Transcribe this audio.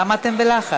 למה אתם בלחץ?